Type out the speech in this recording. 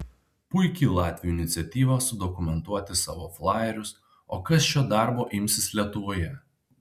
puiki latvių iniciatyva sudokumentuoti savo flajerius o kas šio darbo imsis lietuvoje